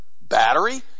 battery